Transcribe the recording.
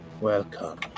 Welcome